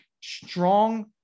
strong